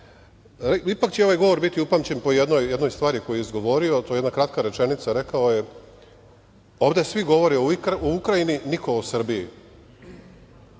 će ovaj govor biti upamćen po jednoj stvari koju je izgovorio, a to je jedna kratka rečenica. Rekao je - ovde svi govore o Ukrajini, niko o Srbiji.